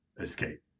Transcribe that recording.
escape